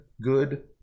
good